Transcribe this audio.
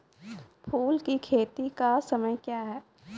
फुल की खेती का समय क्या हैं?